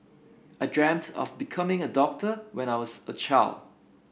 I dreamt of becoming a doctor when I was a child